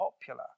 popular